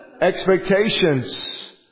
Expectations